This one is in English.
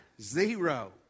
Zero